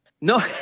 No